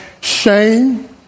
shame